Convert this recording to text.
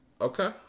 Okay